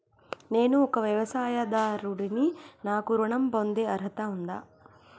నేను ఒక వ్యవసాయదారుడిని నాకు ఋణం పొందే అర్హత ఉందా?